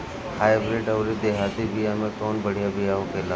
Hybrid अउर देहाती बिया मे कउन बढ़िया बिया होखेला?